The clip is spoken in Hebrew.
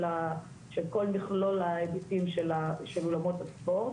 כל מכלול ההיבטים של אולמות הספורט,